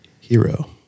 Hero